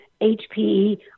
HPE